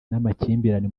n’amakimbirane